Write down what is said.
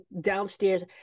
downstairs